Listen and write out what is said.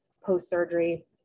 post-surgery